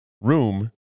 room